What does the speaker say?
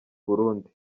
burundi